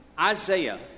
Isaiah